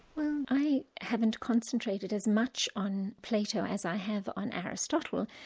well i haven't concentrated as much on plato as i have on aristotle,